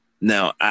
now